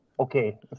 Okay